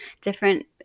different